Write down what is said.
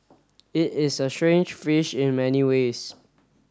it is a strange fish in many ways